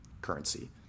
currency